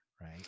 right